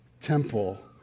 temple